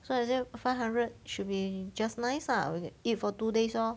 so let's say five hundred should be just nice lah we can eat for two days lor